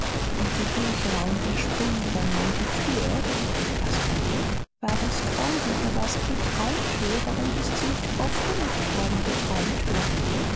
und die bücher und der springbrunnen und die tür drängte caspar waren's traumbücher war's eine traumtür warum ist sie nicht aufgemacht worden die